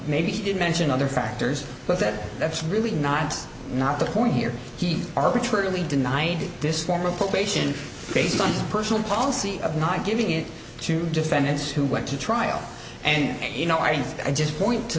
maybe he did mention other factors but that that's really not not the point here he arbitrarily denied this form of population based on personal policy of not giving it to defendants who went to trial and you know i just point to